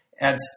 adds